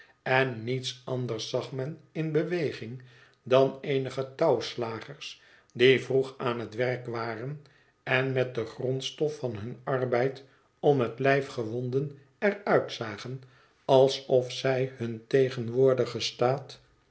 en niets anders zag men in beweging dan eenige touwslagers die vroeg aan het werk waren en met de grondstof van hun arbeid om het lijf gewonden er uit zagen alsof zij hun tegenwoordigen staat